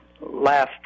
last